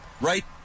right